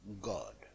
God